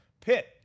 Pitt